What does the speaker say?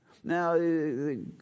Now